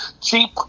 cheap